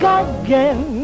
again